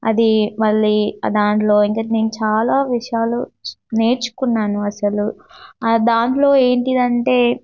అది మళ్ళీ ఆ దాంట్లో ఇంకటి నేను చాలా విషయాలు నేర్చుకున్నాను అసలు దాంట్లో ఏంటిదంటే